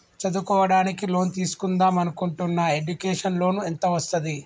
చదువుకోవడానికి లోన్ తీస్కుందాం అనుకుంటున్నా ఎడ్యుకేషన్ లోన్ ఎంత వస్తది?